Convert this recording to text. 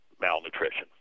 malnutrition